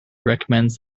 recommends